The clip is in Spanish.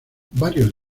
varios